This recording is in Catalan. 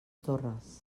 torres